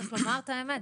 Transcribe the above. צריך לומר את האמת,